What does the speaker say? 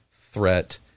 threat